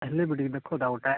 ହେଲେ ବି ଟିକିଏ ଦେଖ ତାକୁ ଟାଇମ୍